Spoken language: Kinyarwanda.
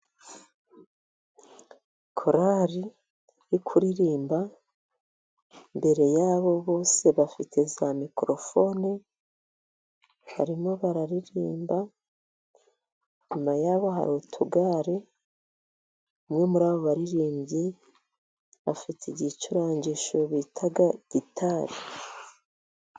Korali iri kuririmba imbere y'abo bose bafite za mikorofone barimo bararirimba, inyuma y'abo hari utugare, umwe muri abo baririmbyi afite igicurangisho bita gitari.